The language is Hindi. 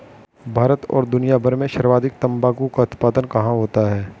भारत और दुनिया भर में सर्वाधिक तंबाकू का उत्पादन कहां होता है?